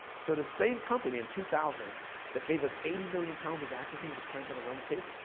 so the same company in two thousand that gave us eighty million pounds of atrazine which turns on aromatase,